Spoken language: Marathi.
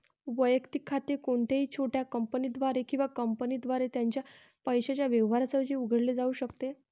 वैयक्तिक खाते कोणत्याही छोट्या कंपनीद्वारे किंवा कंपनीद्वारे त्याच्या पैशाच्या व्यवहारांसाठी उघडले जाऊ शकते